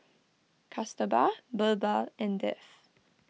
Kasturba Birbal and Dev